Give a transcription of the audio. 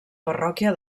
parròquia